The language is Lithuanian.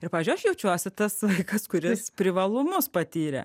ir pavyzdžiui aš jaučiuosi tas vaikas kuris privalumus patyrė